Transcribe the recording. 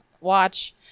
watch